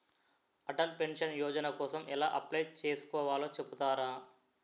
Atal pension Yojana కోసం ఎలా apply చేసుకోవాలో చెపుతారా?